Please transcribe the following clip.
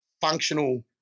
functional